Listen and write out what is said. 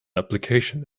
application